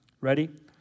Ready